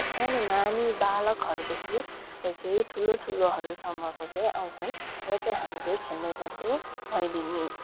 सानो नानी बालकहरूदेखि देखि ठुलो ठुलोहरूसम्मको चाहिँ आउँछन् र चाहिँ हामीले खेल्ने गर्छौँ भैलिनी